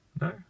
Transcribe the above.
No